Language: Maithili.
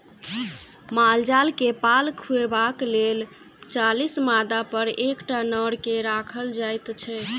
माल जाल के पाल खुअयबाक लेल चालीस मादापर एकटा नर के राखल जाइत छै